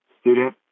student